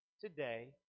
today